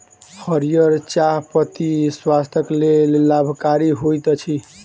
हरीयर चाह पत्ती स्वास्थ्यक लेल लाभकारी होइत अछि